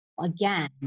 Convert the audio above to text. again